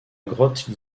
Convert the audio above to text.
grotte